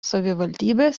savivaldybės